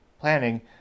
planning